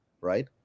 right